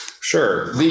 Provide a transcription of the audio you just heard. Sure